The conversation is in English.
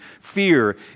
fear